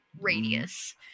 radius